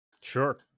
Sure